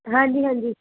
ਹਾਂਜੀ ਹਾਂਜੀ